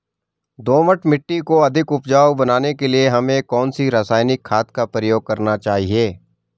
दोमट मिट्टी को अधिक उपजाऊ बनाने के लिए हमें कौन सी रासायनिक खाद का प्रयोग करना चाहिए?